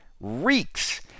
reeks